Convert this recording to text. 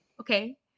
Okay